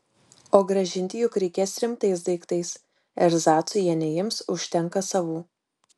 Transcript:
o grąžinti juk reikės rimtais daiktais erzacų jie neims užtenka savų